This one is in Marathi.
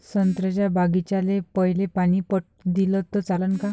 संत्र्याच्या बागीचाले पयलं पानी पट दिलं त चालन का?